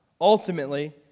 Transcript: ultimately